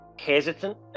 Hesitant